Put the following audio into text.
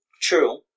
True